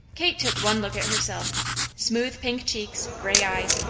kate took one look at herself smooth pink cheeks, gray eyes,